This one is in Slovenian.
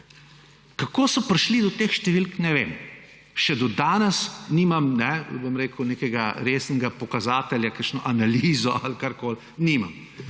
Kako so prišli do teh številk, ne vem. Še do danes nimam nekega resnega pokazatelja, kakšne analizo ali karkoli, nimam.